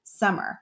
Summer